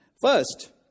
First